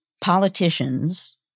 politicians